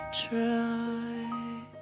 try